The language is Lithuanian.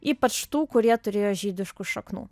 ypač tų kurie turėjo žydiškų šaknų